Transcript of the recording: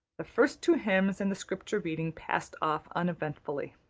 the first two hymns and the scripture reading passed off uneventfully.